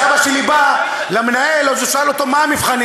כשאבא שלי בא למנהל, אז הוא שאל אותו: מה המבחנים?